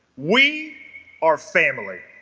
we are family